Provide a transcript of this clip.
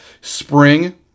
spring